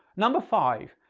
number five,